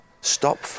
stop